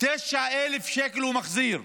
9,000 שקל הוא מחזיר,